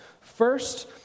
First